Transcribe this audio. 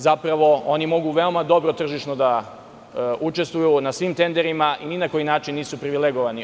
Zapravo, oni mogu veoma dobro tržišno da učestvuju na svim tenderima i na koji način nisu privilegovani.